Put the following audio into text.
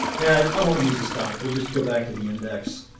yeah i won't use the stock we'll just go back to the index